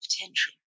potential